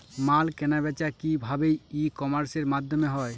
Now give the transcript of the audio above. মাল কেনাবেচা কি ভাবে ই কমার্সের মাধ্যমে হয়?